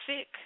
sick